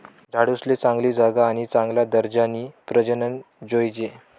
झाडूसले चांगली जागा आणि चांगला दर्जानी प्रजनन जोयजे